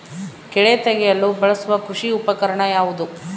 ಕಳೆ ತೆಗೆಯಲು ಬಳಸುವ ಕೃಷಿ ಉಪಕರಣ ಯಾವುದು?